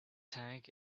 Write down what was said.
tag